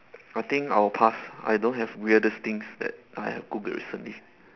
I think I will pass I don't have weirdest things that I have googled recently